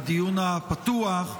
בדיון הפתוח,